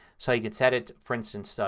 so you can set it, for instance, so